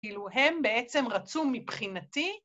‫כאילו הם בעצם רצו מבחינתי...